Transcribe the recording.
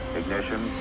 ignition